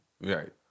Right